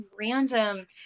random